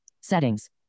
settings